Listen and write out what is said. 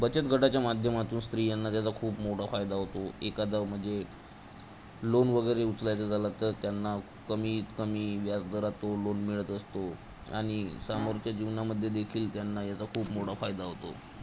बचत गटाच्या माध्यमातून स्त्रियांना त्याचा खूप मोठा फायदा होतो एकादा म्हणजे लोन वगैरे उचलायचं झाला तर त्यांना कमीत कमी व्याज दरात तो लोन मिळत असतो आणि समोरच्या जीवनामध्ये देखील त्यांना याचा खूप मोठा फायदा होतो